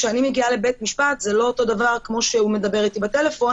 כשאני מגיעה לבית משפט זה לא אותו דבר כמו שהוא מדבר איתי בטלפון,